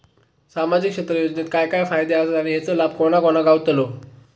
सामजिक क्षेत्र योजनेत काय काय फायदे आसत आणि हेचो लाभ कोणा कोणाक गावतलो?